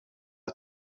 qed